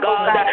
God